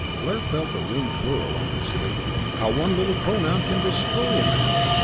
blair felt the room twirl under his feet. how one little pronoun can destroy a man!